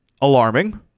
alarming